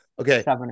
Okay